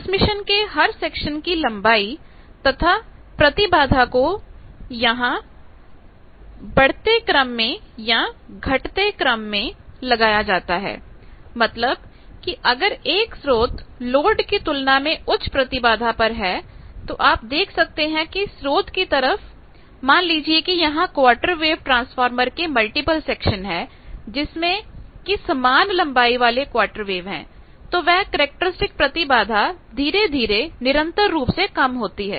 transmission के हर section की लंबाई तथा प्रतिबाधा को यहां तो बढ़ते क्रम में या घटते क्रम में लगाया जाता है मतलब कि अगर एक स्रोतलोड की तुलना में उच्च प्रतिबाधा पर है तो आप देख सकते हैं कि स्रोत की तरफ मान लीजिए कि यहां क्वार्टर वेव ट्रांसफार्मर के मल्टीपल सेक्शन है जिसमें के समान लंबाई वाले क्वार्टर वेव है तो वह कैरेक्टरिस्टिक प्रतिबाधा धीरे धीरे निरंतर रूप से कम होती है